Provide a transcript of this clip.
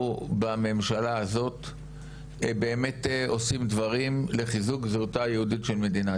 בממשלה הזאת אנחנו באמת עושים דברים לחיזוק זהותה היהודית של מדינת